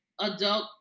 adult